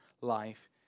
life